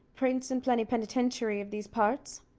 prince and plennypennytinchery of these parts,